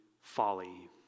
folly